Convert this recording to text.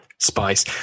spice